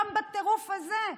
גם בטירוף הזה,